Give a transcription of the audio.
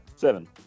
seven